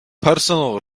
personal